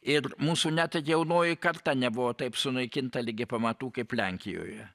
ir mūsų net jaunoji karta nebuvo taip sunaikinta ligi pamatų kaip lenkijoje